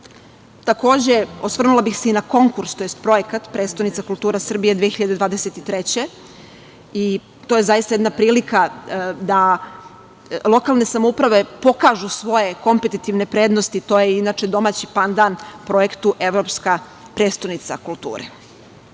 osvrnula bih se i na konkurs, tj. projekat „Prestonica kultura Srbije 2023“. To je zaista jedna prilika da lokalne samouprave pokažu svoje kompetetivne prednosti, to je inače domaći pandan projektu „Evropska prestonica